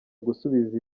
gusubiza